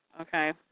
okay